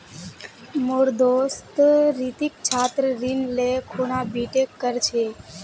मोर दोस्त रितिक छात्र ऋण ले खूना बीटेक कर छ